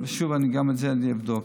שוב, גם את זה אני אבדוק.